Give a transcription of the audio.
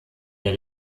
der